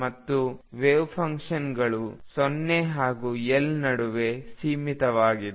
ಮತ್ತು ವೆವ್ಫಂಕ್ಷನ್ಗಳು 0 ಹಾಗೂ L ನಡುವೆ ಸೀಮಿತವಾದ